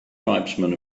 tribesmen